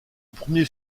premier